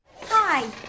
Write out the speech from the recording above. Hi